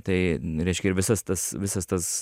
tai reiškia ir visas tas visas tas